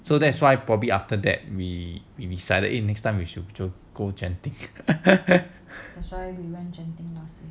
so that's why probably after that we we decided it next time we should go genting